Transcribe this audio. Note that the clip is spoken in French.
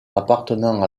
appartenant